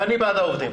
ואני בעד העובדים.